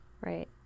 Right